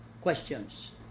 questions